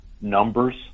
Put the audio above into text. numbers